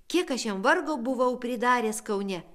kiek aš jam vargo buvau pridaręs kaune